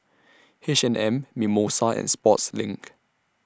H and M Mimosa and Sportslink